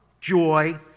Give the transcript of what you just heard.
joy